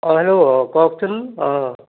অঁ হেল্ল' কওকচোন অঁ